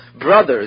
brothers